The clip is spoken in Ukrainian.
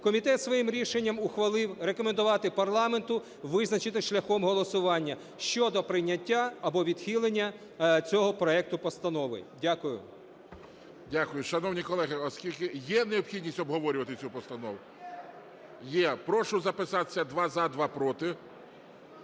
комітет своїм рішенням ухвалив рекомендувати парламенту визначитись шляхом голосування щодо прийняття або відхилення цього проекту постанови. Дякую. ГОЛОВУЮЧИЙ. Дякую. Шановні колеги, оскільки… Є необхідність обговорювати цю постанову? Є. Прошу записатись: два – за, два – проти.